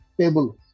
table